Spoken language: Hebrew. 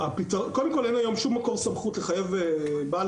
קודם כל אין שום מקור סמכות לחייב בעל